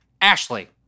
Ashley